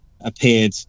appeared